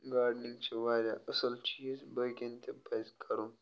gardening چھِ واریاہ اَصٕل چیٖز بٲقیَن تہِ پَزِ کَرُن